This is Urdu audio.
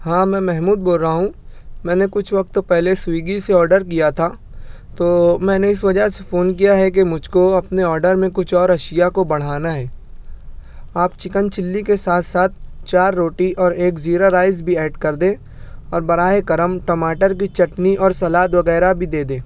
ہاں میں محمود بول رہا ہوں میں نے کچھ وقت پہلے سویگی سے آڈر کیا تھا تو میں نے اس وجہ سے فون کیا ہے کہ مجھ کو اپنے آڈر میں کچھ اور اشیا کو بڑھانا ہے آپ چکن چلی کے ساتھ ساتھ چار روٹی اور ایک زیرہ رائس بھی ایڈ کر دیں اور براہ کرم ٹماٹر کی چٹنی اور سلاد وغیرہ بھی دے دیں